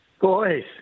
Boys